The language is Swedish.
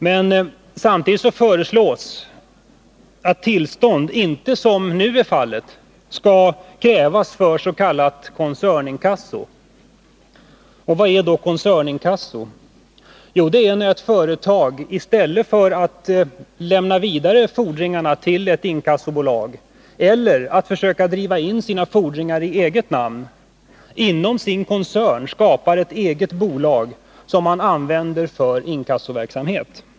Men samtidigt föreslås att tillstånd inte — som nu är fallet — skall krävas för s.k. koncerninkasso. Och vad är då koncerninkasso? Det är när ett företag i stället för att lämna fordringarna vidare till ett inkassobolag, eller försöka driva in sina fordringar i eget namn, inom sin koncern skapar ett eget bolag som man använder för inkassoverksamhet.